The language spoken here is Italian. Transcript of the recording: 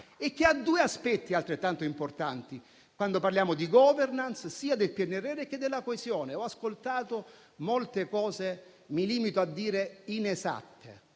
e che ha due aspetti altrettanto importanti quando parliamo di *governance* sia del PNRR che della coesione. Ho ascoltato molte cose che mi limito a definire inesatte,